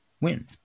win